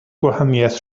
gwahaniaeth